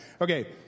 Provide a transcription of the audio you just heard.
Okay